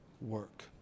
work